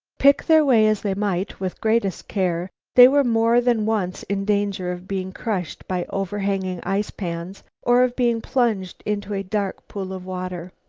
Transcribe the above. pick their way as they might with greatest care, they were more than once in danger of being crushed by overhanging ice-pans, or of being plunged into a dark pool of water.